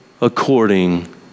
according